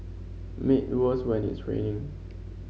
made worse when it's raining